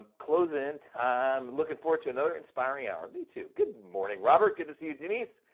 close in time, looking forward to another inspiring hour, me too. good morning, robert, good to see you, denise.